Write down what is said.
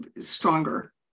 stronger